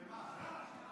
במה?